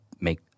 make